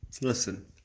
Listen